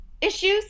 issues